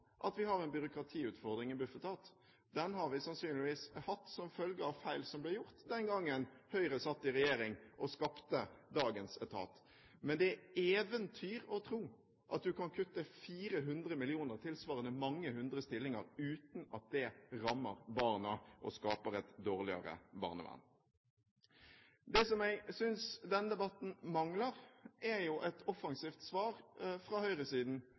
at vi har en byråkratiutfordring i Bufetat. Den har vi sannsynligvis hatt som følge av feil som ble gjort den gangen Høyre satt i regjering og skapte dagens etat. Men det er eventyr å tro at du kan kutte 400 mill. kr, tilsvarende mange hundre stillinger, uten at det rammer barna og skaper et dårligere barnevern. Det som jeg synes denne debatten mangler, er et offensivt svar fra høyresiden